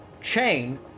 chain